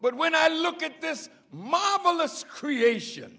but when i look at this marvelous creation